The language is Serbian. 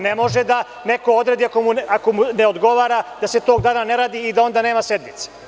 Ne može da neko odredi ako mu ne odgovara da se tok dana ne radi i onda nema sednice.